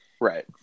right